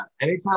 anytime